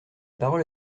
parole